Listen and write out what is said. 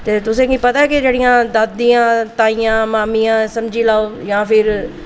ते तुसेंगी पता जेह्ड़ियां दादी ताइयां मामियां समझी लैओ जां फिर